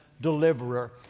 deliverer